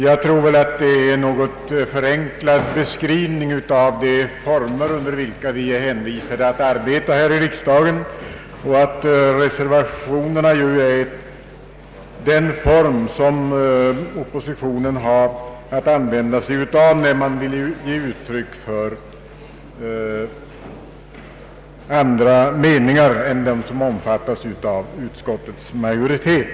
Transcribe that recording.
Jag tror att det är en något förenklad beskrivning av de former under vilka vi är hänvisade att arbeta här i riksdagen. Reservationen är ju den form som oppositionen har att använda sig av när den vill ge uttryck för andra meningar än de som omfattas av utskottets majoritet.